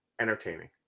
entertaining